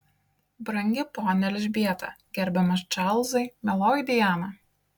brangi ponia elžbieta gerbiamas čarlzai mieloji diana